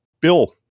Bill